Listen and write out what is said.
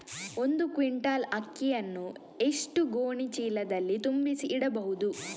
ಒಂದು ಕ್ವಿಂಟಾಲ್ ಅಕ್ಕಿಯನ್ನು ಎಷ್ಟು ಗೋಣಿಚೀಲದಲ್ಲಿ ತುಂಬಿಸಿ ಇಡಬಹುದು?